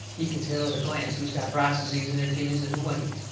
he can tell at a glance who's got bright's disease in their kidneys and who ain't.